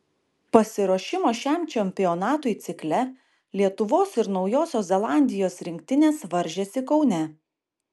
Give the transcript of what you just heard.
pasiruošimo šiam čempionatui cikle lietuvos ir naujosios zelandijos rinktinės varžėsi kaune